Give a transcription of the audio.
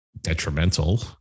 detrimental